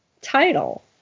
title